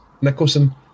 Nicholson